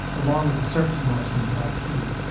along with the surface noise from the lp,